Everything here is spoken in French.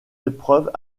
épreuves